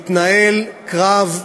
מתנהל קרב,